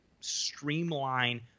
streamline